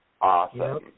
awesome